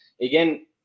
Again